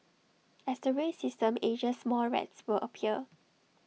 as the rail system ages more rats will appear